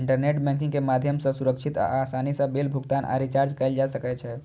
internet banking के माध्यम सं सुरक्षित आ आसानी सं बिल भुगतान आ रिचार्ज कैल जा सकै छै